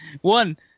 One